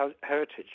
heritage